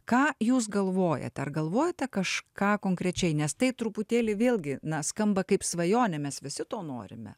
ką jūs galvojate ar galvojate kažką konkrečiai nes tai truputėlį vėlgi na skamba kaip svajonė mes visi to norime